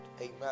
Amen